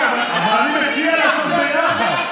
אבל אני מציע לעשות ביחד.